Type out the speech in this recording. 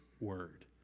word